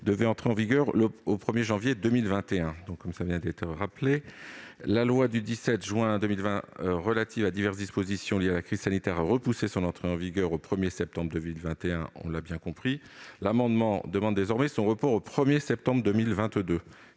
devait initialement être créée au 1 janvier 2021. La loi du 17 juin 2020 relative à diverses dispositions liées à la crise sanitaire a repoussé cette date au 1 septembre 2021. Cet amendement vise désormais son report au 1 septembre 2022.